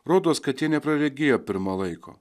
rodos kad jie nepraregėję pirma laiko